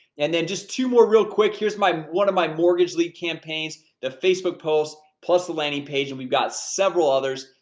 and then just two more real quick. here's one of my mortgage leads campaigns, the facebook post, plus the landing page. and we've got several others,